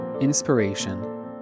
inspiration